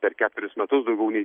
per keturis metus daugiau nei